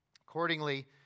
Accordingly